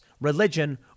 religion